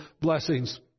blessings